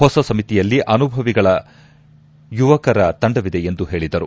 ಹೊಸ ಸಮಿತಿಯಲ್ಲಿ ಅನುಭವಿಗಳ ಯುವಕರ ತಂಡವಿದೆ ಎಂದು ಹೇಳಿದರು